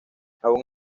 aun